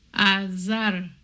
Azar